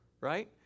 right